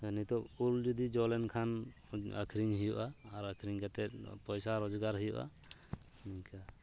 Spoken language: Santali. ᱱᱤᱛᱚᱜ ᱩᱞ ᱡᱩᱫᱤ ᱡᱚ ᱞᱮᱱᱠᱷᱟᱱ ᱟᱹᱠᱷᱨᱤᱧ ᱦᱩᱭᱩᱜᱼᱟ ᱟᱨ ᱟᱹᱠᱷᱨᱤᱧ ᱠᱟᱛᱮᱫ ᱯᱚᱭᱥᱟ ᱨᱚᱡᱽᱜᱟᱨ ᱦᱩᱭᱩᱜᱼᱟ ᱱᱤᱝᱠᱟᱹ